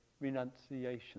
renunciation